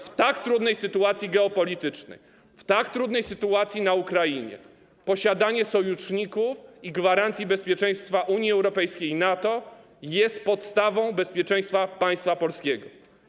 W tak trudnej sytuacji geopolitycznej, w tak trudnej sytuacji na Ukrainie posiadanie sojuszników i gwarancji bezpieczeństwa Unii Europejskiej i NATO jest podstawą bezpieczeństwa państwa polskiego.